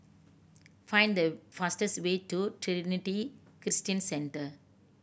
find the fastest way to Trinity Christian Centre